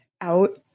out